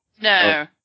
no